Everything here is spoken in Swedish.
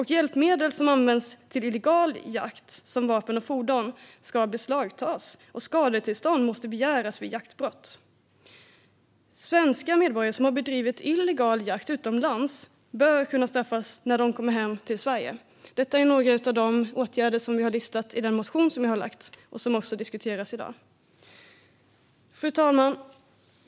Hjälpmedel som används till illegal jakt, såsom vapen och fordon, ska beslagtas, och skadestånd måste begäras vid jaktbrott. Svenska medborgare som har bedrivit illegal jakt utomlands bör kunna straffas när de kommer hem till Sverige. Detta är några av de åtgärder som finns listade i den motion som jag har väckt och som också diskuteras i dag. Fru talman!